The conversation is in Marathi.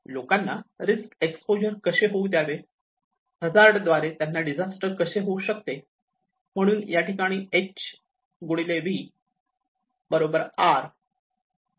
लोकांना रिस्क एक्सपोजर कसे होऊ द्यावे हजार्ड द्वारे त्यांना डिझास्टर कसे होऊ शकते म्हणून या ठिकाणी एच वि आर HVR